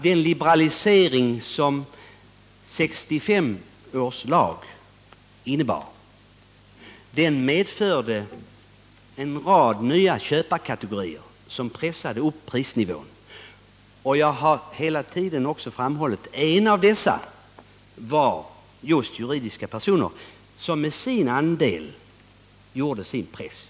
Den liberalisering som 1965 års lag innebar medförde att en rad nya köparkategorier pressade upp prisnivån. Hela tiden har jag framhållit att en av dessa kategorier just var de juridiska personerna som för sin del också utövade en press.